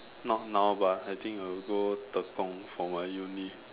not now but I think I will go Tekong for my uni